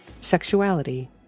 sexuality